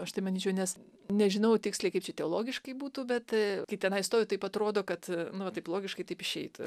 aš tai manyčiau nes nežinau tiksliai kaip čia teologiškai būtų bet kai tenai stovi taip atrodo kad nu va taip logiškai taip išeitų